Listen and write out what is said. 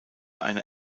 einer